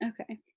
Okay